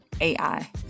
ai